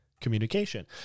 communication